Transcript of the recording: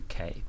UK